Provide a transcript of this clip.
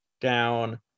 down